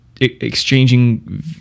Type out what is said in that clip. exchanging